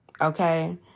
okay